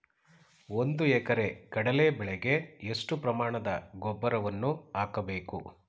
ಒಂದು ಎಕರೆ ಕಡಲೆ ಬೆಳೆಗೆ ಎಷ್ಟು ಪ್ರಮಾಣದ ಗೊಬ್ಬರವನ್ನು ಹಾಕಬೇಕು?